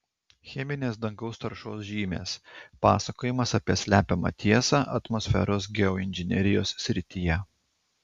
cheminės dangaus taršos žymės pasakojimas apie slepiamą tiesą atmosferos geoinžinerijos srityje